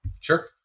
Sure